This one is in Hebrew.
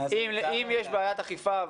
אם יש בעיית אכיפה,